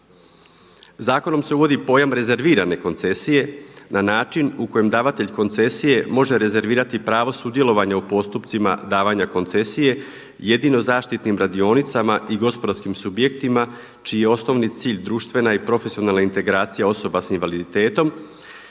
Zakonom se uvodi pojam rezervirane koncesije na način u kojem davatelj koncesije može rezervirati pravo sudjelovanja u postupcima davanja koncesije jedino zaštitnim radionicama i gospodarskim subjektima, čiji je osnovni cilj društvena i profesionalna integracija osoba s invaliditetom